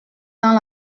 dans